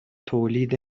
تولید